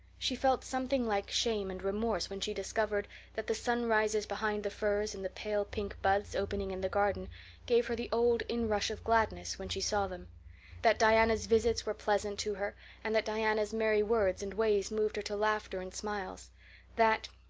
she felt something like shame and remorse when she discovered that the sunrises behind the firs and the pale pink buds opening in the garden gave her the old inrush of gladness when she saw them that diana's visits were pleasant to her and that diana's merry words and ways moved her to laughter and smiles that,